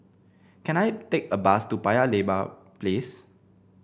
can I take a bus to Paya Lebar Place